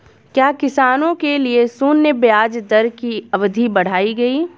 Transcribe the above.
क्या किसानों के लिए शून्य ब्याज दर की अवधि बढ़ाई गई?